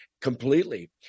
completely